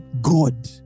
God